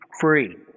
free